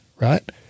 right